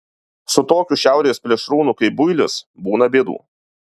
su tokiu šiaurės plėšrūnu kaip builis būna bėdų